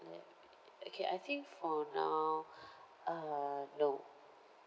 okay I think for now uh no